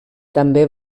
també